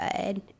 good